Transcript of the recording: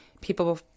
people